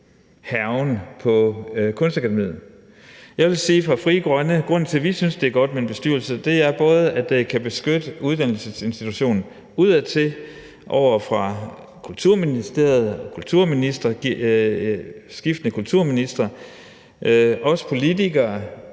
hærgen på Kunstakademiet. Grunden til, at vi i Frie Grønne synes, det er godt med en bestyrelse, er, at det kan beskytte uddannelsesinstitutionen udadtil over for Kulturministeriet og skiftende kulturministre, os politikere,